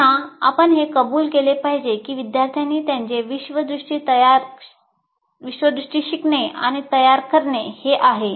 पुन्हा आपण हे कबूल केले पाहिजे की विद्यार्थ्यांनी त्यांचे विश्वदृष्टी शिकणे आणि तयार करणे हे आहे